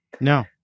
No